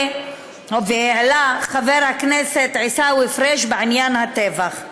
והעלה חבר הכנסת עיסאווי פריג' בעניין הטבח.